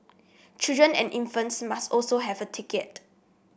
children and infants must also have a ticket